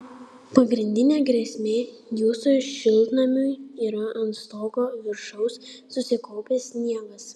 pagrindinė grėsmė jūsų šiltnamiui yra ant stogo viršaus susikaupęs sniegas